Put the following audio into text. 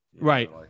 Right